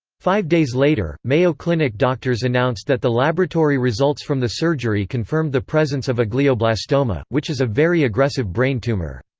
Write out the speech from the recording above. five days later, mayo clinic doctors announced that the laboratory results from the surgery confirmed the presence of a glioblastoma, which is a very aggressive brain tumor.